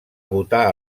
votar